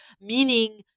meaning